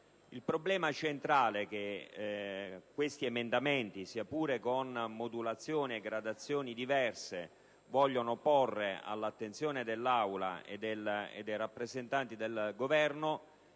Il problema centrale che questi emendamenti, sia pure con modulazioni e graduazioni diverse, vogliono porre all'attenzione dell'Aula e dei rappresentanti del Governo